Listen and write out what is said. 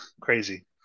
crazy